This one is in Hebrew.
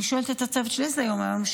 אני שואלת את הצוות שלי: איזה יום היום,